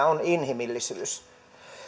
on inhimillisyys